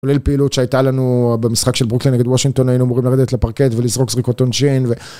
כולל לפעילות שהייתה לנו במשחק של ברוקלין נגד וושינגטון, היינו אמורים לרדת לפרקט ולזרוק זריקות עונשין ו...